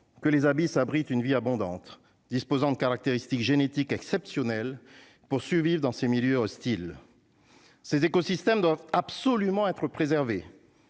que les abysses abrite une vie abondante disposant de caractéristiques génétiques exceptionnel poursuivi dans ces milieux hostiles ces écosystèmes doivent absolument être préservé,